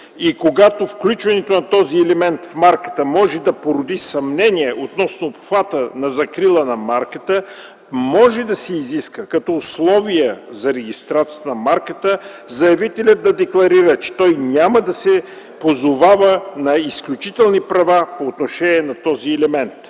когато включването на този елемент в марката може да породи съмнения относно обхвата на закрила на марката, може да се изиска като условия за регистрацията на марката заявителят да декларира, че той няма да се позовава на изключителни права по отношение на този елемент.